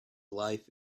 life